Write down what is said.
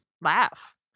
laugh